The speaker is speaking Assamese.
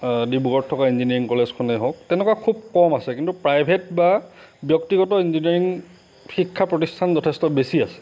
ডিব্ৰুগড়ত থকা ইঞ্জিনিয়াৰিং কলেজখনেই হওক তেনেকুৱা খুব কম আছে কিন্তু প্ৰাইভেট বা ব্যক্তিগত ইঞ্জিনিয়াৰিং শিক্ষা প্ৰতিষ্ঠান যথেষ্ট বেছি আছে